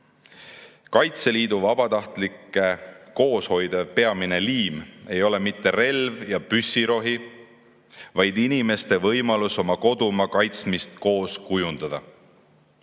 Kaitseliidu vabatahtlikke koos hoidev peamine liim ei ole mitte relv ja püssirohi, vaid inimeste võimalus oma kodumaa kaitsmist koos kujundada.